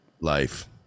Life